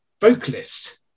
vocalist